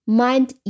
mind